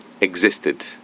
existed